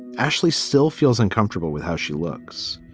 ashley still feels uncomfortable with how she looks,